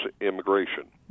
immigration